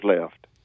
left